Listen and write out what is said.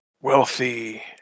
wealthy